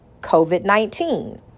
COVID-19